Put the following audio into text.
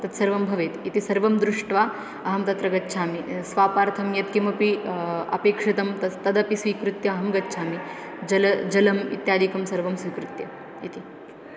तत् सर्वं भवेत् इति सर्वं दृष्ट्वा अहं तत्र गच्छामि स्वापार्थं यत्किमपि अपेक्षितं तस्य तदपि स्वीकृत्य अहं गच्छामि जल जलम् इत्यादिकं सर्वं स्वीकृत्य इति